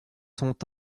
sont